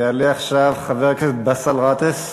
יעלה עכשיו חבר הכנסת באסל גטאס,